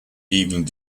evening